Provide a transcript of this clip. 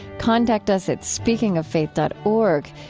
contact us at speakingoffaith dot org.